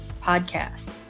podcast